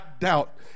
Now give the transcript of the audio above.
doubt